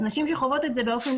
נשים שחוות את זה באופן